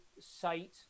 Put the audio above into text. site